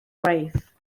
waith